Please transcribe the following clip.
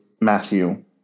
Matthew